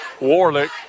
warlick